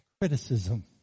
criticism